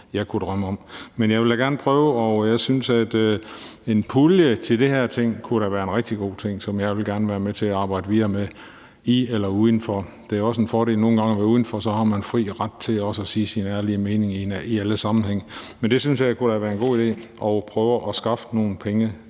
jeg kunne drømme om, men jeg vil da gerne prøve, og jeg synes, at en pulje til det her kunne da være en rigtig god ting, som jeg gerne vil være med til at arbejde videre med i eller uden for. Det er nogle gange en fordel at være uden for, for så har man fri ret til også at sige sin ærlige mening i alle sammenhænge. Men jeg synes da, det kunne være en god idé at prøve at skaffe nogle penge